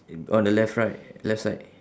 on the left right left side